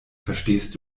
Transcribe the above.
verstehst